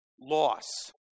loss